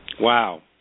Wow